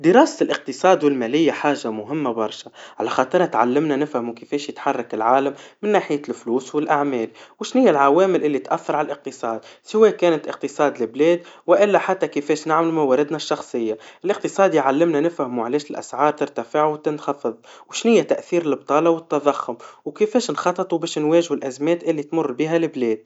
دراسة الإقتصاد والماليا حاجا مهما برشا, على خاطرها تعلمنا نفهموا كيفاش يتحرك العالم, من ناحية الفلوس والأعمال, وشنيا العوال اللي تأثر على الإقتصاد, سوا كانت إقتصاد البلاد, وإلا حتى كيفاش نعمملوا مواردنا الشخصيا, الاقتصاد يعلمنا نفهموا عليش الاسعار ترتفع وتنخفض, وشنيا تأثير البطالا والتضخم, وكيفاش نخطط وبيش نواجه الأزمات اللي تمر بيها البلاد